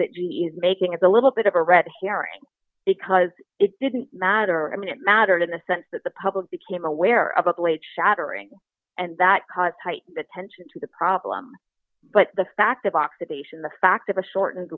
that making it a little bit of a red herring because it didn't matter i mean it mattered in the sense that the public became aware of the plate shattering and that tight attention to the problem but the fact of oxidation the fact that a shortened